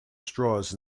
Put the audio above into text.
straws